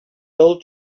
old